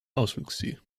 ausflugsziel